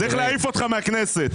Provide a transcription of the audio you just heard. צריך להעיף אותך מן הכנסת.